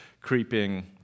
creeping